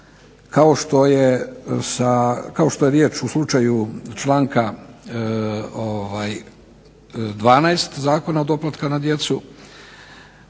kao što je riječ u slučaju članka 12. Zakona o doplatku na djecu